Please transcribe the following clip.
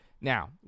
now